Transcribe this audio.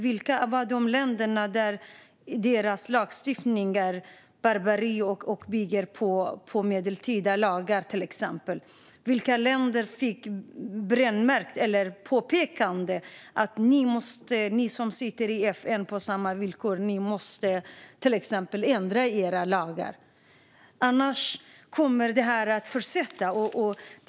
Vilka länder med en lagstiftning som är barbarisk och bygger på medeltida lagar blev brännmärkta eller fick påpekandet att de, som sitter i FN på samma villkor som andra, måste ändra i sina lagar? Utan det kommer det här att fortsätta.